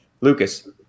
Lucas